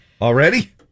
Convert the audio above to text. Already